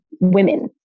women